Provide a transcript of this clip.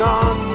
on